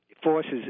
forces